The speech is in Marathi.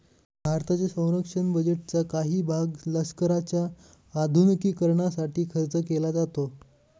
भारताच्या संरक्षण बजेटचा काही भाग लष्कराच्या आधुनिकीकरणासाठी खर्च केला जातो